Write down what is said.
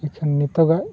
ᱤᱠᱷᱟᱹᱱ ᱱᱤᱛᱳᱜᱟᱜ